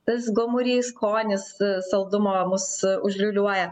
tas gomurys skonis saldumo mus užliūliuoja